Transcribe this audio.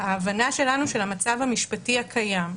שההבנה שלנו של המצב המשפטי הקיים,